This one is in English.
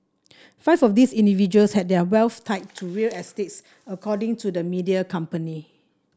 five of these individuals had their wealth tied to real estate according to the media company